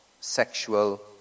sexual